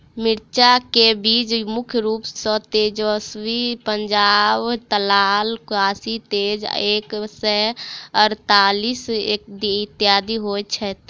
मिर्चा केँ बीज मुख्य रूप सँ तेजस्वनी, पंजाब लाल, काशी तेज एक सै अड़तालीस, इत्यादि होए छैथ?